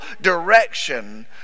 direction